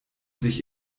sich